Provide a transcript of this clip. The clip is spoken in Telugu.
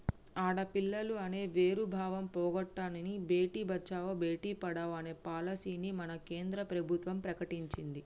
ఆడపిల్లలు అనే వేరు భావం పోగొట్టనని భేటీ బచావో బేటి పడావో అనే పాలసీని మన కేంద్ర ప్రభుత్వం ప్రకటించింది